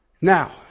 Now